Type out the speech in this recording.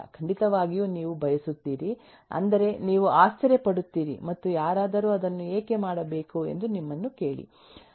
ಖಂಡಿತವಾಗಿಯೂ ನೀವು ಬಯಸುತ್ತೀರಿ ಅಂದರೆ ನೀವು ಆಶ್ಚರ್ಯ ಪಡುತ್ತೀರಿ ಮತ್ತು ಯಾರಾದರೂ ಅದನ್ನು ಏಕೆ ಮಾಡಬೇಕು ಎಂದು ನಮ್ಮನ್ನು ಕೇಳಿ